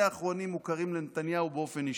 שני האחרונים מוכרים לנתניהו באופן אישי.